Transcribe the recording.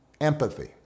empathy